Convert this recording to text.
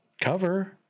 cover